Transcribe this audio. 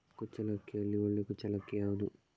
ಕುಚ್ಚಲಕ್ಕಿಯಲ್ಲಿ ಒಳ್ಳೆ ಕುಚ್ಚಲಕ್ಕಿ ಯಾವುದು?